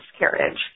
miscarriage